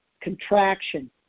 contraction